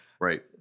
Right